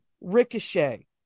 Ricochet